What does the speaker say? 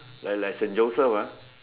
like like Saint Joseph ah